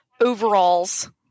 Overalls